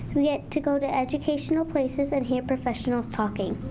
we get to go to educational places and hear professionals talking.